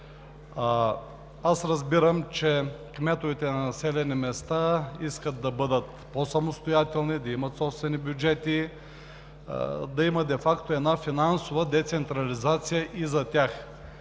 Разбирам, че кметовете на населени места искат да бъдат по самостоятелни, да имат собствени бюджети, де факто да има една финансова децентрализация и за тях.